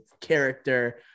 character